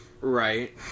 Right